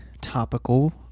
topical